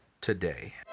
today